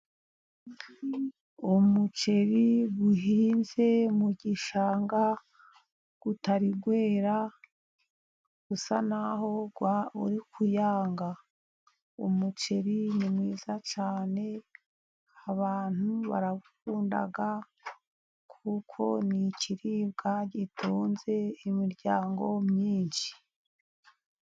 Umuceri uhinze mu gishanga utari wera, usa n'aho uri kuyanga. Umuceri ni mwiza cyane abantu barawukunda kuko ni ikiribwa gitunze imiryango myinshi.